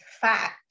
fact